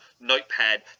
notepad